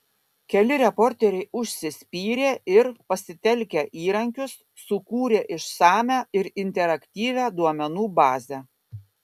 keli reporteriai užsispyrė ir pasitelkę įrankius sukūrė išsamią ir interaktyvią duomenų bazę